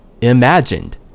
imagined